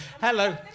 Hello